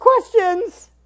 questions